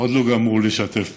עוד לא גמרו לשתף פעולה,